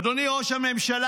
אדוני ראש הממשלה,